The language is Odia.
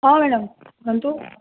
ହଁ ମ୍ୟାଡ଼ାମ କୁହନ୍ତୁ